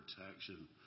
protection